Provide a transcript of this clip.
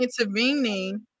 intervening